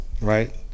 right